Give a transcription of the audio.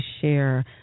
share